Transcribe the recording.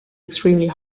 extremely